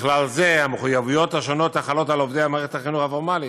ובכלל זה המחויבויות השונות החלות על עובדי מערכת החינוך הפורמלית,